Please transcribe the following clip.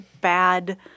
bad